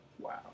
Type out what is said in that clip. Wow